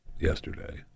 yesterday